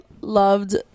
loved